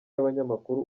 y’abanyamakuru